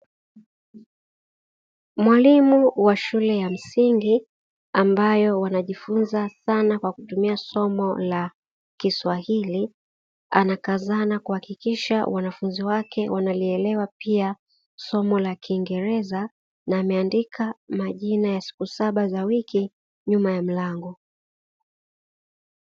Mwalimu wa shule ya msingi ambayo wanajifunza sana kutumia somo la kiswahili, anakazana kuhakikisha wanafunzi wake wanalielewa pia somo la kiingereza, na ameandika majina ya siku saba za wiki nyuma ya mlango.